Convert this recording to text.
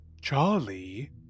Charlie